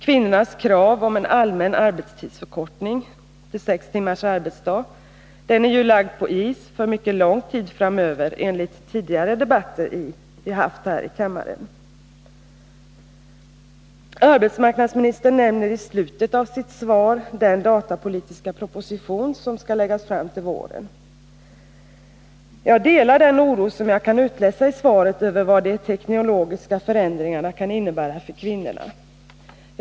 Kvinnornas krav på en allmän arbetstidsförkortning, sex timmars arbetsdag, är ju lagt på is för lång tid framöver, enligt tidigare debatter vi har haft här i kammaren. Arbetsmarknadsministern nämner i slutet av sitt svar den datapolitiska proposition som skall läggas fram till våren. Jag delar den oro som jag kan utläsa i svaret över vad de teknologiska förändringarna kan innebära för kvinnorna.